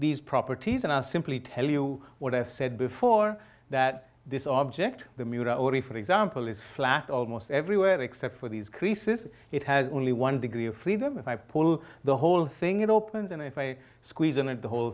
these properties and are simply tell you what i've said before that this object the mutare for example is flat almost everywhere except for these creases it has only one degree of freedom if i pull the whole thing it opens and if i squeeze in it the whole